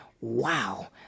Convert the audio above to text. wow